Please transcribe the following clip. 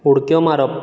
उडक्यो मारप